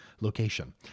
location